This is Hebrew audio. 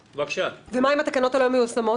ומה עם התקנות הלא מיושמות?